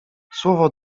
słowo